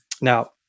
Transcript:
Now